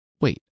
Wait